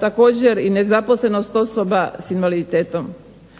Također i nezaposlenost osoba s invaliditetom